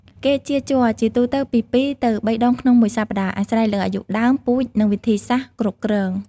គេចៀរជ័រជាទូទៅពី ២ ទៅ ៣ ដងក្នុងមួយសប្តាហ៍ អាស្រ័យលើអាយុដើម ពូជ និងវិធីសាស្រ្តគ្រប់គ្រង។